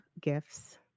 gifts